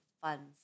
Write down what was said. funds